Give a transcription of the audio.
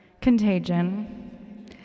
Contagion